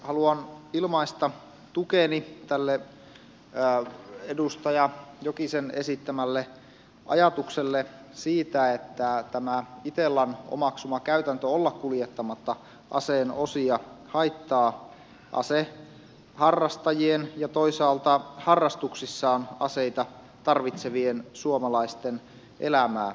haluan ilmaista tukeni tälle edustaja jokisen esittämälle ajatukselle siitä että tämä itellan omaksuma käytäntö olla kuljettamatta aseen osia haittaa aseharrastajien ja toisaalta harrastuksissaan aseita tarvitsevien suomalaisten elämää